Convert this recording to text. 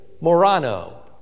morano